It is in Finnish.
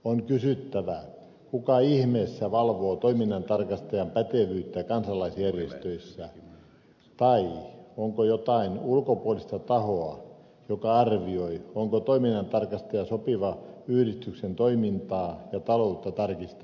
on kysyttävä kuka ihmeessä valvoo toiminnantarkastajan pätevyyttä kansalaisjärjestöissä tai onko jotain ulkopuolista tahoa joka arvioi onko toiminnantarkastaja sopiva yhdistyksen toimintaa ja taloutta tarkastamaan